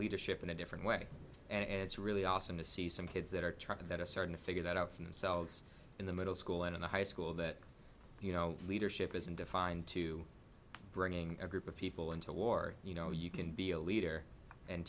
leadership in a different way and it's really awesome to see some kids that are trying to get a certain figure that out for themselves in the middle school and in the high school that you know leadership isn't defined to bringing a group of people into war you know you can be a leader and